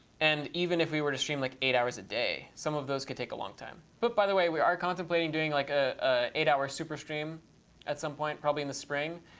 and even if we were to stream like eight hours a day, some of those could take a long time. but by the way we are contemplating doing like a eight hour super stream at some point, probably in the spring,